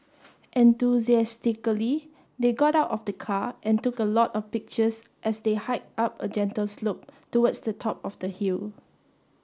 enthusiastically they got out of the car and took a lot of pictures as they hiked up a gentle slope towards the top of the hill